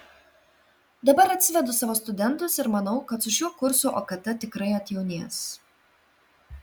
dabar atsivedu savo studentus ir manau kad su šiuo kursu okt tikrai atjaunės